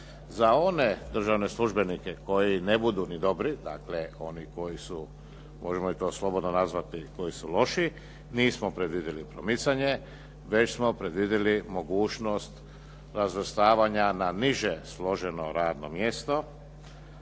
Za one državne službenike koji ne budu ni dobri, dakle oni koji su, možemo i to slobodno nazvati koji su loši, nismo predvidjeli promicanje, već smo predvidjeli mogućnost razvrstavanja na niže složeno radno mjesto